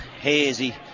hazy